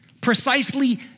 Precisely